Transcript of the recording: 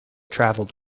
travelled